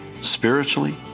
Spiritually